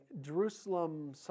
Jerusalem